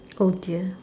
oh dear